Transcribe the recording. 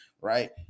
right